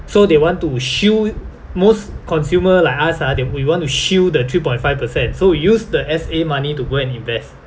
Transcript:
so they want to shield most consumer like us ah that we want to shield the three point five percent so use the S_A money to go and invest